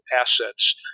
assets